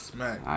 Smack